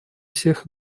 всех